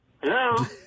Hello